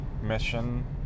mission